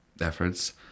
efforts